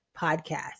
podcast